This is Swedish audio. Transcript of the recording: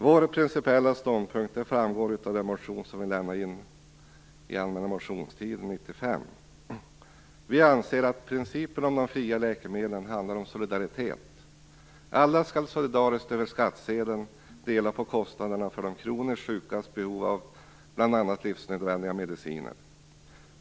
Vår principiella ståndpunkt framgår av den motion vi väckte under den allmänna motionstiden 1995. Vi anser att principen om de fria läkemedlen handlar om solidaritet. Alla skall solidariskt över skattsedeln dela på kostnaderna för de kroniskt sjukas behov av bl.a. livsnödvändiga mediciner.